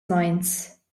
meins